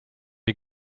you